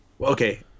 okay